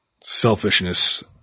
selfishness